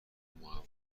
معمای